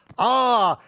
ah,